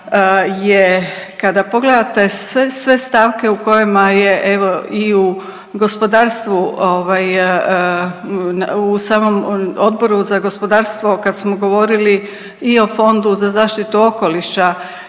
je kada pogledate sve, sve stavke u kojima je, evo i u gospodarstvu ovaj, u samom Odboru za gospodarstvo kad smo govorili i o Fondu za zaštitu okoliša